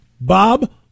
Bob